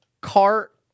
cart